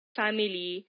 family